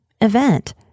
event